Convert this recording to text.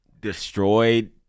destroyed